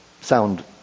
sound